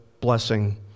blessing